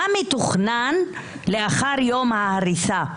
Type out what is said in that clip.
מה מתוכנן לאחר יום ההריסה?